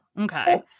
Okay